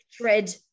thread